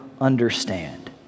understand